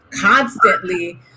constantly